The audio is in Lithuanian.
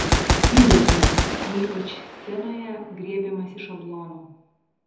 knygose o ypač scenoje griebiamasi šablono